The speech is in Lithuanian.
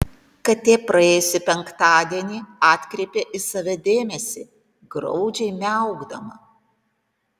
katė praėjusį penktadienį atkreipė į save dėmesį graudžiai miaukdama